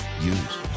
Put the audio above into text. use